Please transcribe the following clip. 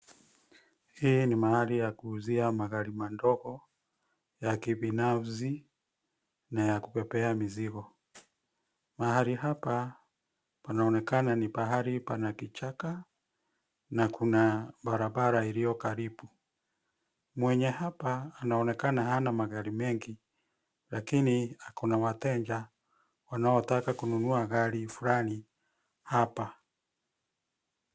Hii ni mahali ya kuuzia magari madogo, ya kibinafsi na ya kubebea mzigo. Mahali hapa panaonekana ni pahali pana kichaka na kuna barabara iliyo karibu. Mwenye hapa anaonekana hana magari mengi lakini ako na wateja wanaotaka kunua gari flani hapa.